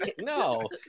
no